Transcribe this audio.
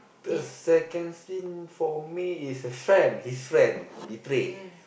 the second scene for me is a friend his friend betray